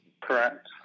Correct